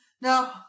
No